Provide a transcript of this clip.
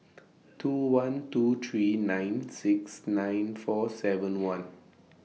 two one two three nine six nine four seven one